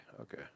okay